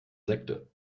sekte